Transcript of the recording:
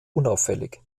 unauffällig